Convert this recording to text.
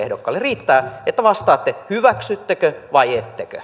riittää että vastaatte hyväksyttekö vai ettekö